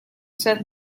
set